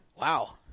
Wow